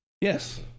Yes